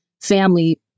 family